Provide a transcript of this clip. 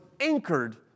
anchored